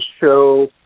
show